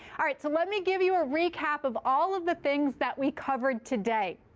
all right. so let me give you a recap of all of the things that we covered today.